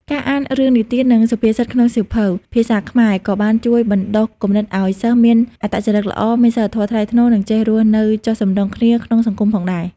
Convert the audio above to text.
ការអានរឿងនិទាននិងសុភាសិតក្នុងសៀវភៅ ភាសាខ្មែរ ក៏បានជួយបណ្ដុះគំនិតឱ្យសិស្សមានអត្តចរិតល្អ មានសីលធម៌ថ្លៃថ្នូរ និងចេះរស់នៅចុះសម្រុងគ្នាក្នុងសង្គមផងដែរ។